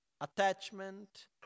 attachment